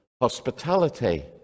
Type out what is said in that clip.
hospitality